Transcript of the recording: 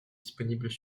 disponibles